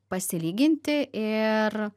pasilyginti ir